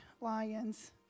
lions